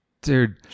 Dude